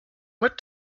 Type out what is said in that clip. what